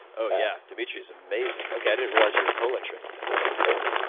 yeah, dmitry is amazing. okay, i didn't realize you were co-lecturing with him. that's incredible.